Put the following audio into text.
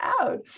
out